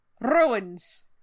Ruins